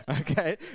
okay